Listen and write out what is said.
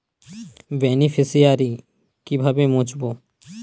Beneficiary কিভাবে মুছব?